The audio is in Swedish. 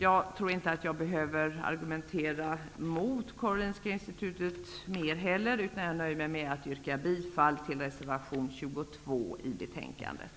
Jag tror inte heller jag behöver argumentera mer mot Karolinska institutet. Jag nöjer mig med att yrka bifall till reservation 22 i betänkandet.